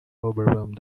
overwhelmed